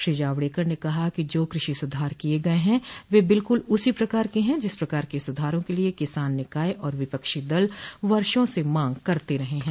श्री जावड़ेकर ने कहा कि जो कृषि सुधार किये गये हैं वे बिल्कुल उसी प्रकार के हैं जिस प्रकार के सुधारों के लिए किसान निकाय और विपक्षी दल वर्षों से मांग करते रहे हैं